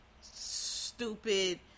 stupid